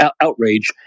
outrage